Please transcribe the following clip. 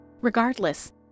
Regardless